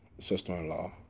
sister-in-law